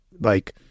like-